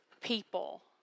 people